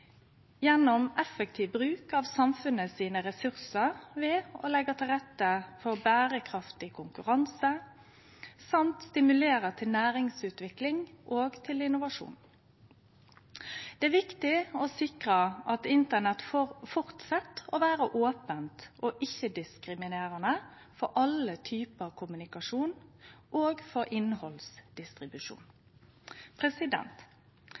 gjennom effektiv bruk av ressursane til samfunnet ved å leggje til rette for berekraftig konkurranse, samt stimulere til næringsutvikling og innovasjon. Det er viktig å sikre at internett held fram med å vere ope og ikkje-diskriminerande for alle typar kommunikasjon og for innhaldsdistribusjon.